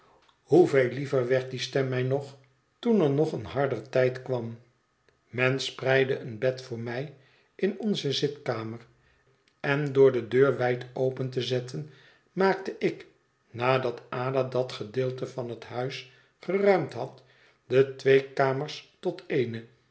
hoeveel liever werd die stem mij nog toen er nog een harder tijd kwam men spreidde een bed voor mij in onze zitkamer en door de deur wijd open te zetten maakte ik nadat ada dat gedeelte van het huis geruimd had de twee kamers tot eene